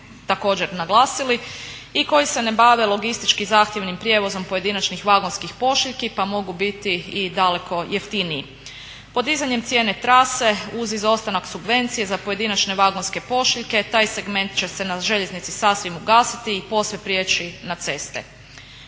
također naglasili i koji se ne bave logistički zahtjevnim prijevozom pojedinačnih vagonskih pošiljki pa mogu biti i daleko jeftiniji. Podizanjem cijene trase uz izostanak subvencije za pojedinačne vagonske pošiljke taj segment će se na željeznici sasvim ugasiti i posve prijeći na ceste.